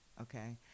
okay